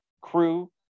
crew